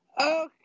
Okay